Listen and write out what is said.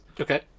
Okay